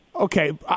Okay